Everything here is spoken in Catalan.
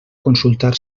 consultar